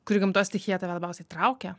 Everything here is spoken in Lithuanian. kuri gamtos stichija tave labiausiai traukia